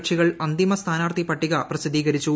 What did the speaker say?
കക്ഷികൾ അന്തിമ സ്ഥാനാർത്ഥി പട്ടിക പ്രസിദ്ധീകൃരിച്ചു